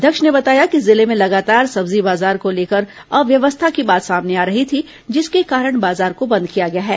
अध्यक्ष ने बताया कि जिले में लगातार सब्जी बाजार को लेकर अव्यवस्था की बात सामने आ रही थी जिसके कारण बाजार को बंद किया गया है